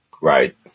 Right